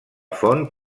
font